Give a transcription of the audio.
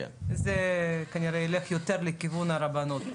זה כנראה יילך יותר לכיוון הרבנות.